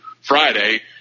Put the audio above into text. Friday